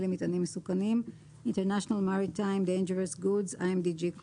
למטענים מסוכנים (International Maritime Dangerous Goods Code -IMDG),